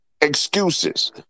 excuses